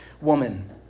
woman